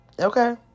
Okay